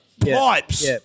pipes